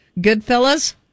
Goodfellas